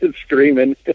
screaming